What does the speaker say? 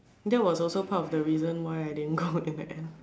that was also part of the reason why I didn't go in the end